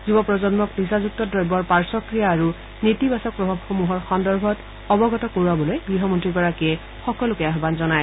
যুৱ প্ৰজন্মক নিচাযুক্ত দ্ৰব্যৰ পাৰ্ধক্ৰিয়া আৰু নেতিবাচক প্ৰভাৱসমূহৰ সন্দৰ্ভত অৱগত কৰাবলৈ গৃহমন্ত্ৰীগৰাকীয়ে সকলোকে আহ্বান জনায়